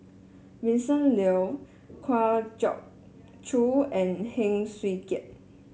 Vincent Leow Kwa Geok Choo and Heng Swee Keat